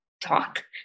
talk